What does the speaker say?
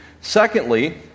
Secondly